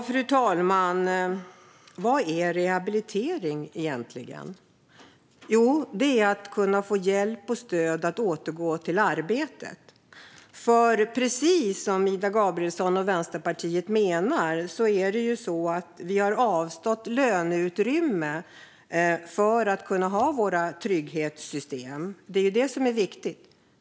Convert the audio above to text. Fru talman! Vad är egentligen rehabilitering? Jo, det är att få hjälp och stöd att kunna återgå i arbete. Precis som Ida Gabrielsson och Vänsterpartiet menar har vi avstått löneutrymme för att kunna ha våra trygghetssystem. Det är detta som är viktigt.